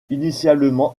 initialement